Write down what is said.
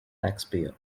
taxpayer